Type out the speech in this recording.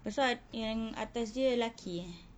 pasal yang atas dia laki eh